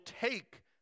take